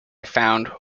found